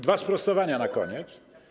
Dwa sprostowania na koniec.